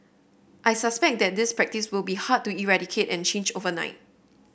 I suspect that this practice will be hard to eradicate and change overnight